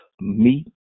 meat